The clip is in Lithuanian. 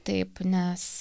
taip nes